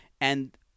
and-